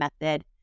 method